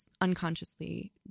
unconsciously